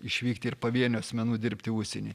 išvykti ir pavienių asmenų dirbti užsieny